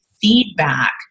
feedback